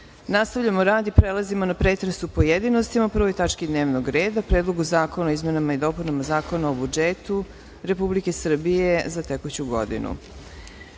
Veselinović. Nastavljamo rad i prelazimo na pretres u pojedinostima po 1. tački dnevnog reda - Predlogu zakona o izmenama i dopunama Zakona o budžetu Republike Srbije za tekuću godinu. Prva